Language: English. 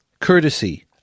courtesy